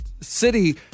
city